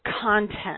content